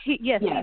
Yes